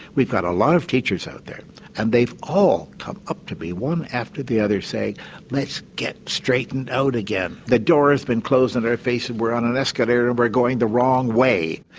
we've got a lot of teachers out there and they've all come up to me one after the other saying let's get straightened out again. the door has been closed in and our faces, we're on an escalator and we're going the wrong way.